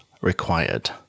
required